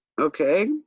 okay